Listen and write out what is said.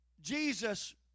Jesus